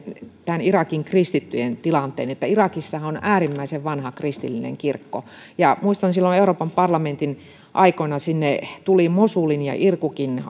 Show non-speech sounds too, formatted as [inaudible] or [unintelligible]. irakin kristittyjen tilanteen irakissahan on äärimmäisen vanha kristillinen kirkko ja muistan silloin euroopan parlamentin aikoina kun sinne tulivat mosulin ja ja kirkukin [unintelligible]